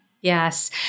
Yes